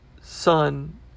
Son